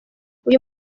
uyu